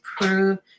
prove